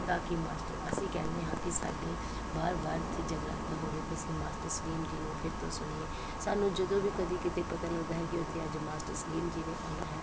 ਤਾਂ ਕਿ ਮਾਸਟਰ ਅਸੀਂ ਕਹਿੰਦੇ ਹਾਂ ਕਿ ਸਾਡੇ ਵਾਰ ਵਾਰ ਇੱਥੇ ਜਗਰਾਤਾ ਹੋਵੇ ਅਤੇ ਅਸੀਂ ਮਾਸਟਰ ਸਲੀਮ ਜੀ ਨੂੰ ਫਿਰ ਤੋਂ ਸੁਣੀਏ ਸਾਨੂੰ ਜਦੋਂ ਵੀ ਕਦੇ ਕਿਤੇ ਪਤਾ ਲੱਗਦਾ ਹੈ ਕਿ ਉੱਥੇ ਅੱਜ ਮਾਸਟਰ ਸਲੀਮ ਜੀ ਨੇ ਆਉਣਾ ਹੈ